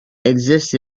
exists